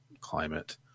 climate